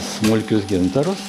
smulkius gintarus